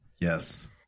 Yes